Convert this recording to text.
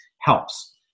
helps